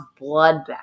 bloodbath